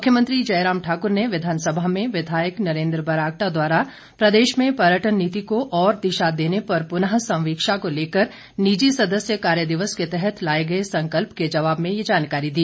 मुख्यमंत्री जयराम ठाकुर ने विधानसभा में विधायक नरेंद्र बरागटा द्वारा प्रदेश में पर्यटन नीति को और दिशा देने पर पुनः संवीक्षा को लेकर निजी सदस्य कार्य दिवस के तहत लाए गए संकल्प के जवाब में ये जानकारी दी